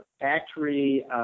factory